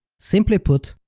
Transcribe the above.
simply put,